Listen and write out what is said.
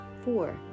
Four